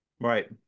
right